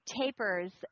tapers